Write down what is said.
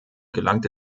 gelangte